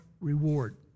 reward